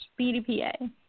BDPA